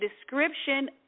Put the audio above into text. description